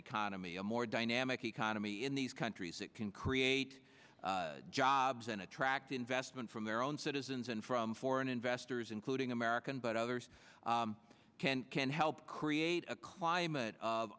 economy a more dynamic economy in these countries that can create jobs and attract investment from their own citizens and from foreign investors including american but others can can help create a climate of